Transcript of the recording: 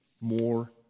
more